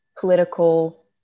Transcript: political